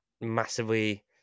massively